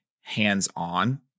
hands-on